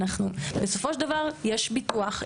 אנחנו בסופו של דבר יש ביטוח,